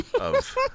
of-